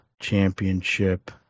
Championship